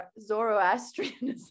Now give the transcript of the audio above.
Zoroastrianism